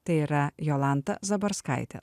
tai yra jolanta zabarskaitė